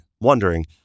wondering